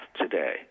today